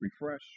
refresh